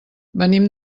venim